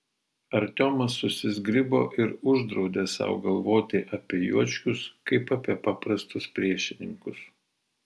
artiomas susizgribo ir uždraudė sau galvoti apie juočkius kaip apie paprastus priešininkus